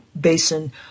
Basin